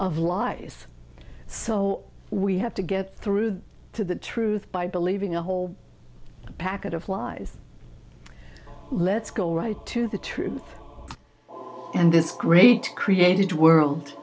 of lies so we have to get through to the truth by believing a whole packet of lies let's go right to the truth and this great created world